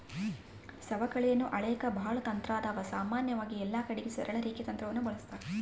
ಸವಕಳಿಯನ್ನ ಅಳೆಕ ಬಾಳ ತಂತ್ರಾದವ, ಸಾಮಾನ್ಯವಾಗಿ ಎಲ್ಲಕಡಿಗೆ ಸರಳ ರೇಖೆ ತಂತ್ರವನ್ನ ಬಳಸ್ತಾರ